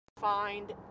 find